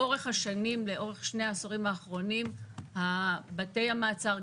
לאורך שני העשורים האחרונים בתי המעצר,